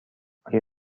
آیا